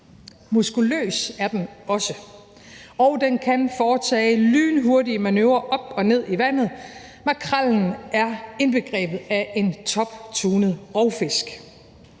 Muskuløs er den også, og den kan foretage lynhurtige manøvrer op og ned i vandet. Makrellen er indbegrebet af en toptunet rovfisk.